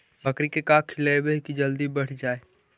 बकरी के का खिलैबै कि जल्दी बढ़ जाए?